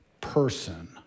person